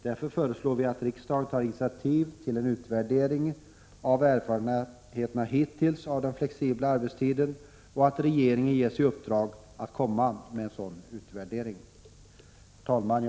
Därför föreslår vi att riksdagen tar initiativ till en utvärdering av erfarenheterna av den flexibla arbetstiden hittills och att regeringen ges i uppdrag att komma med en sådan utvärdering. Herr talman!